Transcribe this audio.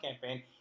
campaign